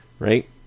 Right